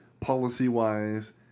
policy-wise